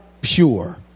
pure